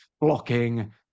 blocking